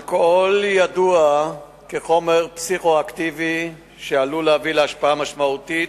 אלכוהול ידוע כחומר פסיכו-אקטיבי שעלולה להיות לו השפעה משמעותית